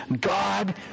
God